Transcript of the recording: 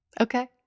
Okay